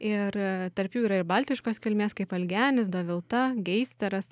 ir tarp jų yra ir baltiškos kilmės kaip algenis davilta geisteras